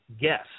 guess